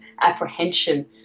apprehension